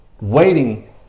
waiting